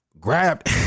grabbed